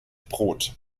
brot